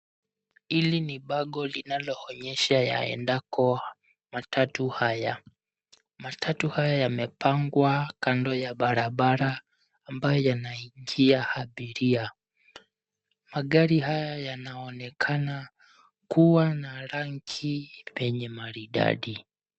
Hili ni bango linaloonyesha yaendako matatu haya. Matatu haya yamepangwa kando ya barabara ambayo yanaingia abiria. Magari haya yanaonekana kuwa na rangi penye maridadi.